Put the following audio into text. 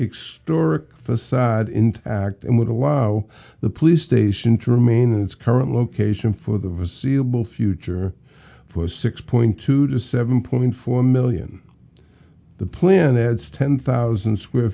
extort facade intact and would allow the police station to remain in its current location for the visio bull future for six point two to seven point four million the plan adds ten thousand square